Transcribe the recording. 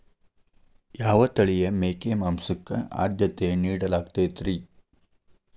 ಯಾವ ತಳಿಯ ಮೇಕೆ ಮಾಂಸಕ್ಕ, ಆದ್ಯತೆ ನೇಡಲಾಗತೈತ್ರಿ?